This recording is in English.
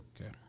Okay